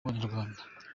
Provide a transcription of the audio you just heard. wabanyarwanda